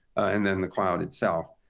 and then the cloud itself.